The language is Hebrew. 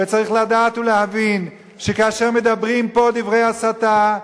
וצריך לדעת ולהבין כאשר מדברים פה דברי הסתה,